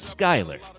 Skyler